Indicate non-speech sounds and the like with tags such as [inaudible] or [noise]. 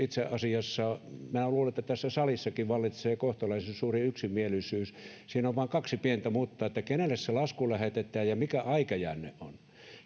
[unintelligible] itse asiassa minä luulen että tässä salissakin vallitsee kohtalaisen suuri yksimielisyys koko ilmastokysymyksestä siinä on vain kaksi pientä muttaa kenelle se lasku lähetetään ja mikä aikajänne on